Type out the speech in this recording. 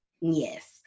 Yes